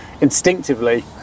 instinctively